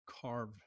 carve